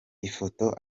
ifoto